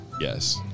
Yes